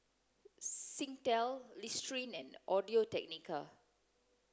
Singtel Listerine and Audio Technica